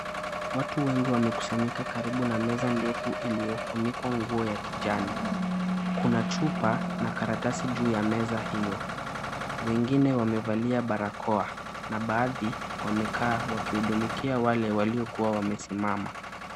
Watu wengi wamekusanyika karibu na meza ndefu iliyofunikwa nguo ya kijani, Kuna chupa na karatasi juu ya meza hiyo, wengine wamevalia barakoa, na baadhi wamekaa wakiudumikia wale waliokuwa wamesimama.